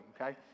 okay